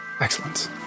Excellence